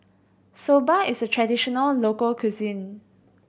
soba is a traditional local cuisine